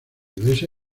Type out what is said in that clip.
iglesia